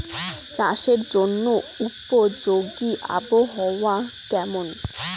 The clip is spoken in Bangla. চাষের জন্য উপযোগী আবহাওয়া কেমন?